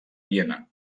viena